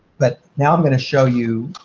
but now i'm going to show you.